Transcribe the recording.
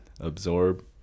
absorb